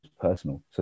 personal